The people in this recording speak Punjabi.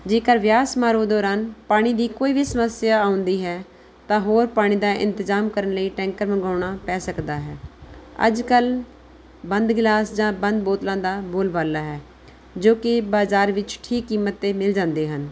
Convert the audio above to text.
ਜੇਕਰ ਵਿਆਹ ਸਮਾਰੋਹ ਦੌਰਾਨ ਪਾਣੀ ਦੀ ਕੋਈ ਵੀ ਸਮੱਸਿਆ ਆਉਂਦੀ ਹੈ ਤਾਂ ਹੋਰ ਪਾਣੀ ਦਾ ਇੰਤਜ਼ਾਮ ਕਰਨ ਲਈ ਟੈਂਕਰ ਮੰਗਵਾਉਣਾ ਪੈ ਸਕਦਾ ਹੈ ਅੱਜ ਕੱਲ੍ਹ ਬੰਦ ਗਿਲਾਸ ਜਾਂ ਬੰਦ ਬੋਤਲਾਂ ਦਾ ਬੋਲਬਾਲਾ ਹੈ ਜੋ ਕਿ ਬਾਜ਼ਾਰ ਵਿੱਚ ਠੀਕ ਕੀਮਤ 'ਤੇ ਮਿਲ ਜਾਂਦੇ ਹਨ